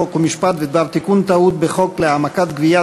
חוק ומשפט בדבר תיקון טעות בחוק להעמקת גביית